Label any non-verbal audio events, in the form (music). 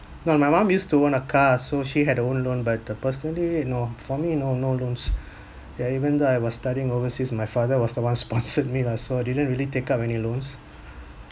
no my mum used to own a car so she had her own loan but uh personally no for me no no loans (breath) yeah even though I was studying overseas my father was the one sponsored (laughs) me lah so I didn't really take up any loans